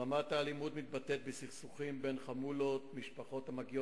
רמת האלימות מתבטאת בסכסוכים בין חמולות, משפחות,